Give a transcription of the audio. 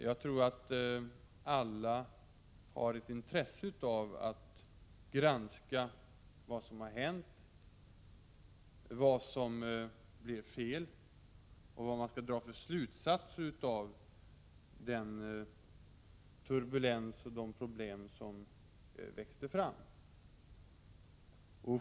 Jag tror att alla har ett intresse av att granska vad som har hänt, vad som blev fel och vad för slutsatser man skall dra av den turbulens och de problem som växte fram.